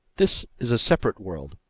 this is a separate world.